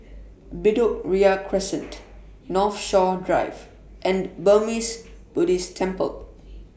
Bedok Ria Crescent Northshore Drive and Burmese Buddhist Temple